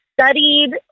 studied